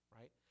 right